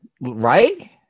Right